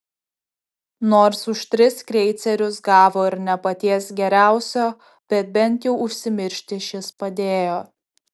nors už tris kreicerius gavo ir ne paties geriausio bet bent jau užsimiršti šis padėjo